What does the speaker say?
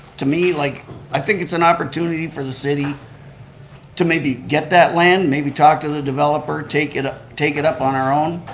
to me, like i think it's an opportunity for the city to maybe get that land, maybe talk to the developer, take it ah take it up on our own.